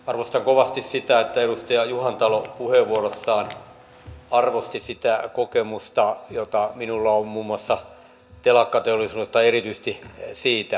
arvostan kovasti sitä että edustaja juhantalo puheenvuorossaan arvosti sitä kokemusta jota minulla on muun muassa telakkateollisuudesta erityisesti siitä